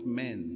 men